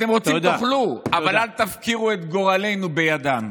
אתם רוצים, תאכלו, אבל אל תפקירו את גורלנו בידם.